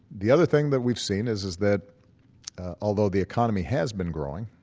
the other thing that we've seen is is that although the economy has been growing,